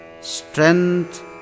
strength